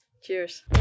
Cheers